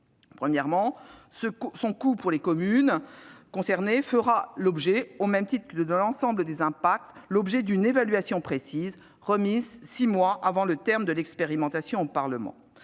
Premièrement, le coût pour les communes concernées fera, au même titre que l'ensemble des impacts, l'objet d'une évaluation précise remise au Parlement six mois avant le terme de l'expérimentation. Deuxièmement,